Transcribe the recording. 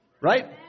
Right